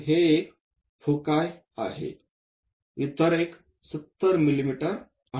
तर हे एक फोकाई आहे इतर एक 70 मिमी आहे